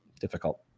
difficult